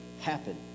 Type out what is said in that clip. happen